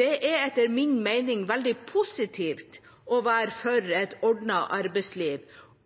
det er etter min mening veldig positivt å være for et ordnet arbeidsliv